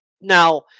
Now